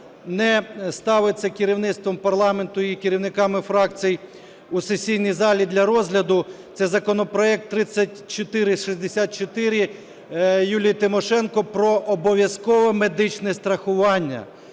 не ставиться керівництвом парламенту і керівниками фракцій у сесійній залі для розгляду, – це законопроект 3464 Юлії Тимошенко про обов'язкове медичне страхування.